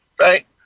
Right